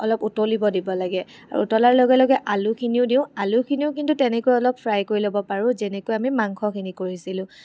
অলপ উতলিব দিব লাগে আৰু উতলাৰ লগে লগে আলুখিনিও দিওঁ আলুখিনিও কিন্তু তেনেকৈ অলপ ফ্ৰাই কৰি ল'ব পাৰোঁ যেনেকৈ আমি মাংসখিনি কৰিছিলোঁ